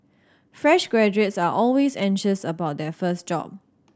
fresh graduates are always anxious about their first job